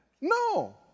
No